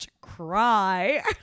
cry